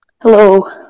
Hello